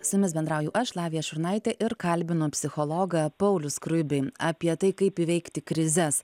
su jumis bendrauju aš lavija šurnaitė ir kalbinu psichologą paulių skruibį apie tai kaip įveikti krizes